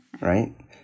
Right